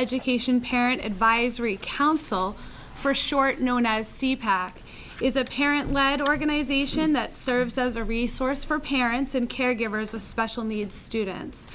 education parent advisory council for short known as c pac is a parent ladder organization that serves as a resource for parents and caregivers of special needs students